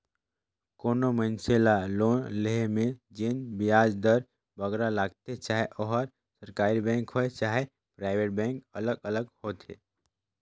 कोनो मइनसे ल लोन लोहे में जेन बियाज दर बगरा लगथे चहे ओहर सरकारी बेंक होए चहे पराइबेट बेंक अलग अलग होथे